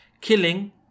killing